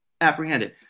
apprehended